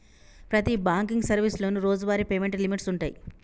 ప్రతి బాంకింగ్ సర్వీసులోనూ రోజువారీ పేమెంట్ లిమిట్స్ వుంటయ్యి